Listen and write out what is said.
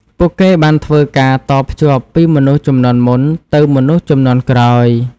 ពួកគេបានធ្វើការតភ្ជាប់ពីមនុស្សជំនាន់មុនទៅមនុស្សជំនាន់ក្រោយ។